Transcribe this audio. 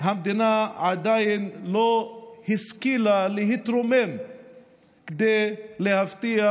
שהמדינה עדיין לא השכילה להתרומם כדי להבטיח